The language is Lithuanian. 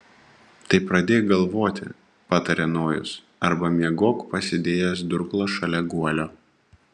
tai pradėk galvoti patarė nojus arba miegok pasidėjęs durklą šalia guolio